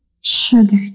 sugar